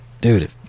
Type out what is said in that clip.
Dude